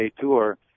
tour